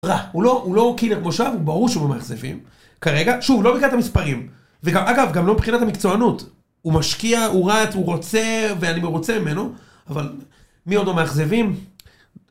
רע הוא לא הוא לא הוא קילר כמו שהוא ברור שהוא מהמאכזבים כרגע, שוב, לא מבחינת המספרים וגם, אגב, גם לא מבחינת המקצוענות, הוא משקיע, הוא רץ, הוא רוצה ואני מרוצה ממנו אבל מי עוד במאכזבים?